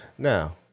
Now